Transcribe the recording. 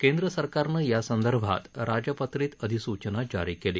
केंद्रसरकारनं यासंदर्भात राजपत्रीत अधिसूचना जारी केली